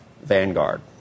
Vanguard